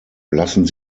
lassen